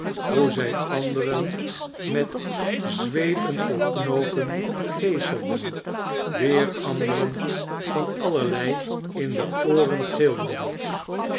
hoe zij anderen met zweepen vol knoopen geeselden weer anderen van allerlei in de ooren gilden